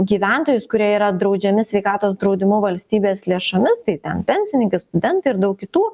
gyventojus kurie yra draudžiami sveikatos draudimu valstybės lėšomis tai ten pensininkai studentai ir daug kitų